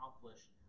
accomplish